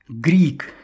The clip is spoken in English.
Greek